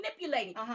manipulating